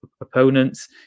opponents